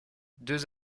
deux